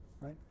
right